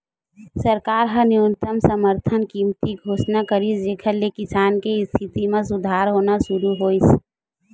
सरकार ह न्यूनतम समरथन कीमत घोसना करिस जेखर ले किसान के इस्थिति म सुधार होना सुरू होइस